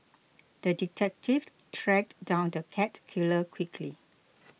the detective tracked down the cat killer quickly